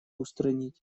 устранить